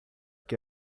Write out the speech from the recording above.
que